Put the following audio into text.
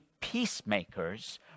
peacemakers